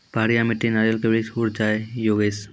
पहाड़िया मिट्टी नारियल के वृक्ष उड़ जाय योगेश?